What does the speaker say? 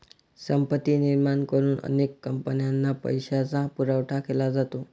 संपत्ती निर्माण करून अनेक कंपन्यांना पैशाचा पुरवठा केला जातो